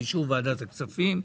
באישור ועדת הכספים,